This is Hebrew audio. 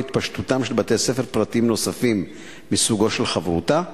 התפשטותם של בתי-ספר פרטיים נוספים מסוגו של "חברותא"?